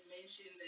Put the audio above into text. mentioned